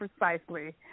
precisely